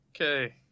Okay